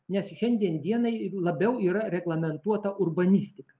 nes šiandien dienai labiau yra reglamentuota urbanistika